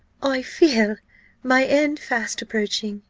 i feel my end fast approaching,